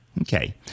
Okay